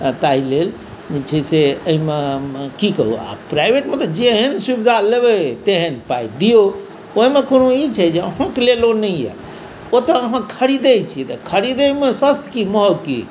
ताहि लेल जे छै से एहिमे की करू आब प्राइवटमे तऽ जेहन सुविधा लेबै तेहन पाइ दियौ ओहिमे कोनो ई छै जे अहाँके लेल ओ नहि यए ओतय अहाँ खरीदैत छियै खरीदैमे सस्त की महग की